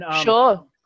Sure